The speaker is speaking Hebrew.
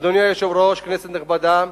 אדוני היושב-ראש, כנסת נכבדה,